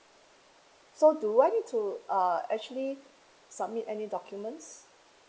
so do I need to uh actually submit any documents